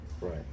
Right